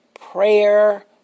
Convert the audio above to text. prayer